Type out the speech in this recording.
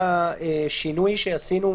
שבגלל השינוי שעשינו,